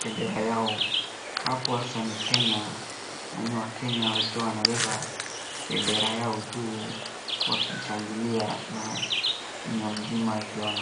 bendera yao, hapo hasa ni Kenya na ni wakenya wakiwa wanabeba bendera yao juu wakishangilia na dunia mzima ikiona.